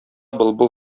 былбыл